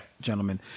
gentlemen